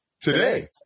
today